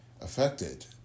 affected